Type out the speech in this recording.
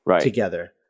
Together